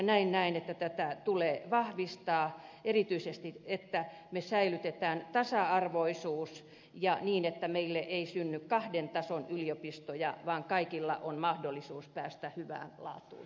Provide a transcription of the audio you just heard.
näin näen että tätä tulee vahvistaa erityisesti että me säilytämme tasa arvoisuuden ja niin että meille ei synny kahden tason yliopistoja vaan kaikilla on mahdollisuus päästä hyvään laatuun tutkimuksessa ja opetuksessa